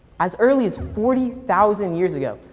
as early as forty thousand years ago.